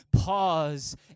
pause